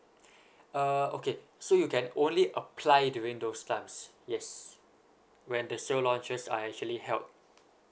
uh okay so you can only apply during those times yes when the sale launchers are actually held